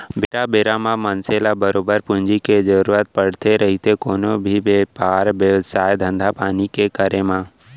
बेरा बेरा म मनसे ल बरोबर पूंजी के जरुरत पड़थे रहिथे कोनो भी बेपार बेवसाय, धंधापानी के करे म